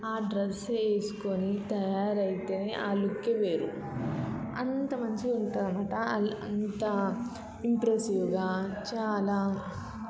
ఆ డ్రెస్ వేసుకొని తయారైతే ఆ లుక్కే వేరు అంత మంచిగా ఉంటుంది అన్నమాట అంత ఇంప్రెస్సివ్గా చాలా